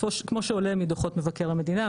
כמו שעולה מדוח מבקר המדינה,